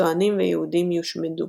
צוענים ויהודים יושמדו.